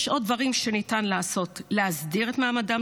יש עוד דברים שניתן לעשות: להסדיר את מעמדם